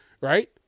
right